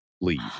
leave